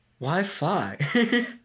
Wi-Fi